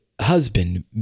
husband